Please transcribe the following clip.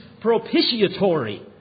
propitiatory